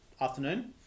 afternoon